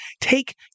take